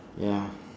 ya